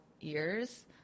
years